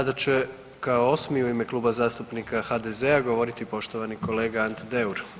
Sada će kao osmi u ime Kluba zastupnika HDZ-a govoriti poštovani kolega Ante Deur.